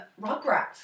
Rugrats